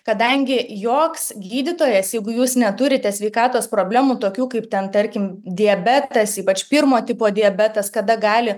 kadangi joks gydytojas jeigu jūs neturite sveikatos problemų tokių kaip ten tarkim diabetas ypač pirmo tipo diabetas kada gali